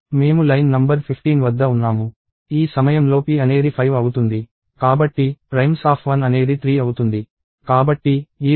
మేము line number 15 వద్ద ఉన్నాము ఈ సమయంలో p అనేది 5 అవుతుంది కాబట్టి primes1 అనేది 3 అవుతుంది